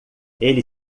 ele